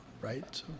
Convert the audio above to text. right